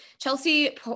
Chelsea